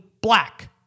black